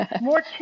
more